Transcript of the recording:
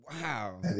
wow